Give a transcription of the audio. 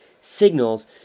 signals